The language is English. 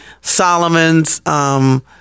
Solomon's